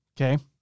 okay